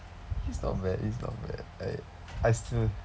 he's not he's not bad I I still